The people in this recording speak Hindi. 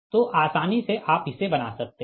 तो आसानी से आप इसे बना सकते है